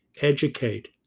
educate